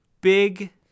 big